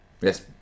Yes